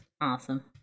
awesome